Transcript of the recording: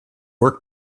work